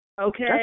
Okay